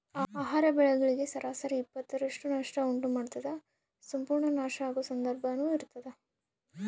ಆಹಾರ ಬೆಳೆಗಳಿಗೆ ಸರಾಸರಿ ಇಪ್ಪತ್ತರಷ್ಟು ನಷ್ಟ ಉಂಟು ಮಾಡ್ತದ ಸಂಪೂರ್ಣ ನಾಶ ಆಗೊ ಸಂದರ್ಭನೂ ಇರ್ತದ